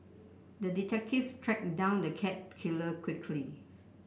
the detective tracked down the cat killer quickly